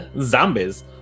zombies